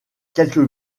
quelques